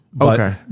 Okay